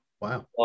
wow